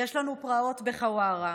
יש לנו פרעות בחווארה,